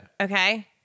Okay